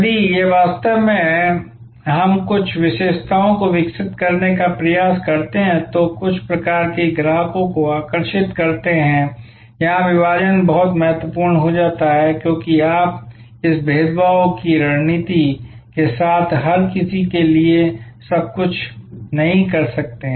इसलिए यह वास्तव में हम कुछ विशेषताओं को विकसित करने का प्रयास करते हैं जो कुछ प्रकार के ग्राहकों को आकर्षित करते हैं यहां विभाजन बहुत महत्वपूर्ण हो जाता है क्योंकि आप इस भेदभाव की रणनीति के साथ हर किसी के लिए सब कुछ नहीं हो सकते